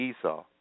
Esau